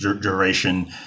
duration